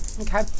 Okay